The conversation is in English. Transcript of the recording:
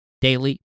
Daily